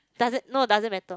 doesn't no doesn't matter